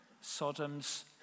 Sodom's